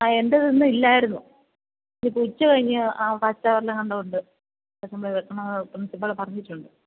ആ എന്റെത് ഇന്ന് ഇല്ലായിരുന്നു ഇപ്പോൾ ഉച്ച കഴിഞ്ഞ് ഫസ്റ്റ് ഹവറിലെങ്ങാണ്ട് ഉണ്ട് അസംബ്ലി വെക്കണം എന്ന് പ്രിന്സിപ്പള് പറഞ്ഞിട്ടുണ്ട്